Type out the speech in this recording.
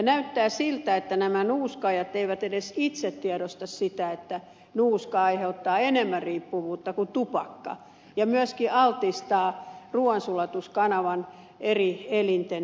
näyttää siltä että nämä nuuskaajat eivät edes itse tiedosta sitä että nuuska aiheuttaa enemmän riippuvuutta kuin tupakka ja myöskin altistaa ruoansulatuskanavan eri elinten syöville